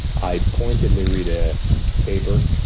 i pointedly read a paper,